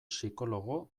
psikologo